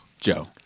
Joe